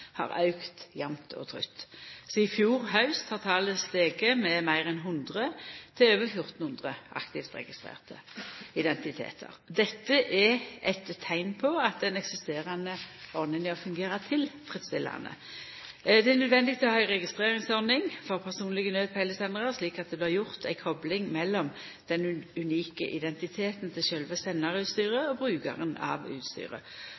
jamt og trutt. Sidan i fjor haust har talet stige med meir enn 100 til over 1 400 aktivt registrerte identitetar. Dette er eit teikn på at den eksisterande ordninga fungerer tilfredsstillande. Det er nødvendig å ha ei registreringsordning for personlege naudpeilesendarar, slik at det blir gjort ei kopling mellom den unike identiteten til sjølve sendarutstyret og brukaren av utstyret.